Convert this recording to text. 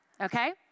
okay